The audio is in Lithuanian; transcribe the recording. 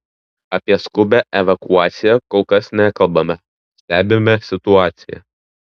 apie skubią evakuaciją kol kas nekalbame stebime situaciją